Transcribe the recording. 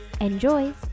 Enjoy